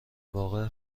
واقع